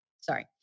Sorry